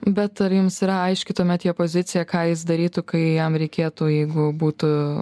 bet ar jums yra aiški tuomet jo pozicija ką jis darytų kai jam reikėtų jeigu būtų